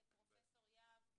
פרופ' יהב,